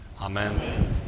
Amen